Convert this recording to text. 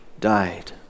died